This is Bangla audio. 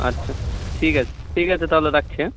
আচ্ছা ঠিক আছে ঠিক আছে তাহলে রাখছি হ্যাঁ